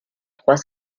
trois